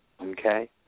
Okay